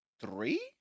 three